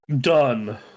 done